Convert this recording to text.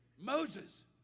Moses